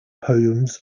poems